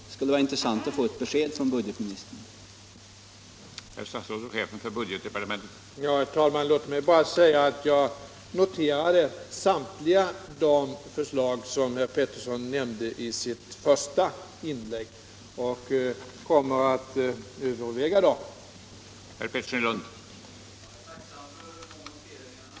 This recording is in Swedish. Det skulle vara intressant att få ett besked från budgetministern om det.